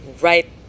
right